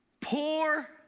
Poor